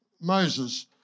Moses